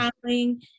traveling